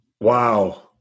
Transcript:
Wow